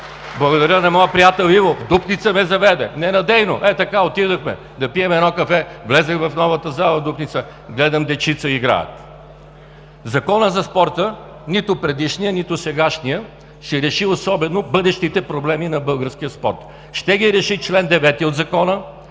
Благодаря на моя приятел Иво. В Дупница ме заведе. Ненадейно, ей така отидохме да пием едно кафе. Влезнах в новата, в залата в Дупница. Гледам – дечица играят! Законът за спорта – нито предишният, нито сегашният, ще реши особено бъдещите проблеми на българския спорт. Ще ги реши чл. 9 от Закона,